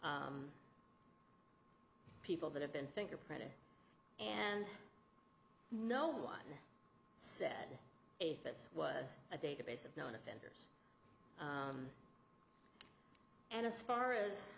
n people that have been fingerprinted and no one said this was a database of known offenders and as far as